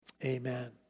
Amen